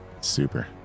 Super